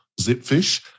Zipfish